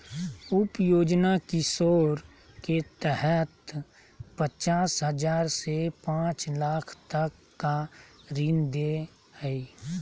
उप योजना किशोर के तहत पचास हजार से पांच लाख तक का ऋण दे हइ